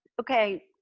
okay